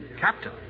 Captain